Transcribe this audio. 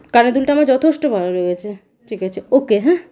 কানের দুলটা আমার যথেষ্ট ভালো লেগেছে ঠিক আছে ওকে হ্যাঁ